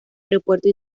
aeropuerto